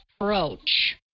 approach